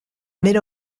mid